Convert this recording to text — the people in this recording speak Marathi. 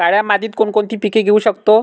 काळ्या मातीत कोणकोणती पिके घेऊ शकतो?